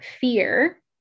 fear